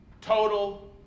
total